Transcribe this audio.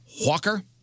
Walker